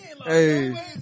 Hey